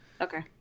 Okay